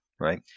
right